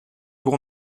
pour